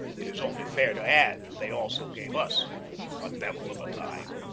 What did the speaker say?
it is only fair to add that they also gave us a devil of a time.